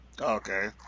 Okay